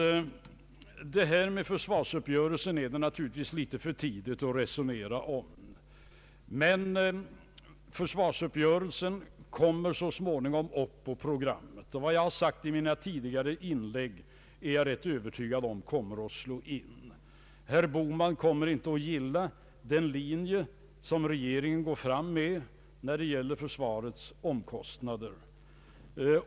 Det är, herr Bohman, naturligtvis litet för tidigt att resonera om försvarsuppgörelsen. Den kommer så småningom upp på vårt program, och vad jag har anfört i mina tidigare inlägg är jag ganska övertygad om kommer att slå in. Herr Bohman kommer inte att gilla den linje som regeringen går fram med när det gäller försvarets omkostnader.